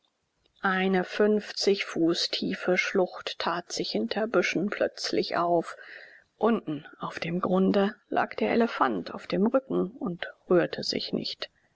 eine fünfzig fuß tiefe schlucht tat sich hinter büschen plötzlich auf unten auf dem grunde lag der elefant auf dem rücken und rührte sich nicht